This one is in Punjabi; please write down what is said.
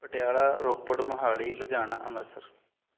ਪਟਿਆਲਾ ਰੋਪੜ ਮੋਹਾਲੀ ਲੁਧਿਆਣਾ ਅੰਮ੍ਰਿਤਸਰ